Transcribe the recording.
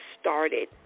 started